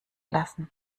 lassen